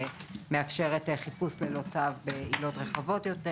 שמאפשר חיפוש ללא צו בעילות רחבות יותר